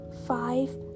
five